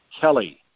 Kelly